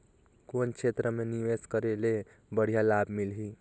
कौन क्षेत्र मे निवेश करे ले बढ़िया लाभ मिलही?